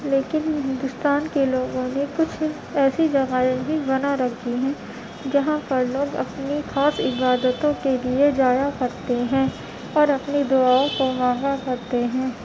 لیکن ہندوستان کے لوگوں نے کچھ ایسی جگہیں بھی بنا رکھی ہیں جہاں پر لوگ اپنی خاص عبادتوں کے لیے جایا کرتے ہیں اور اپنی دعاؤں کو مانگا کرتے ہیں